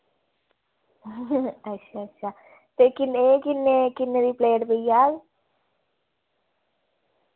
अच्छा अच्छा ते किन्ने किन्ने किन्ने दी प्लेट पेई जाह्ग